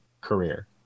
career